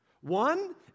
One